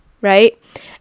right